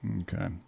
Okay